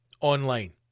online